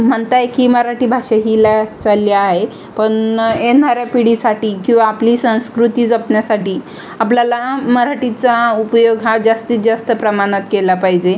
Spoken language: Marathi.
म्हणत आहे की मराठी भाषा ही लयास चालली आहे पण येणाऱ्या पिढीसाठी किंवा आपली संस्कृती जपण्यासाठी आपल्याला मराठीचा उपयोग हा जास्तीत जास्त प्रमाणात केला पाहिजे